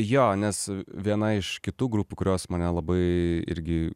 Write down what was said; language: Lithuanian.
jo nes viena iš kitų grupių kurios mane labai irgi